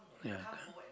ya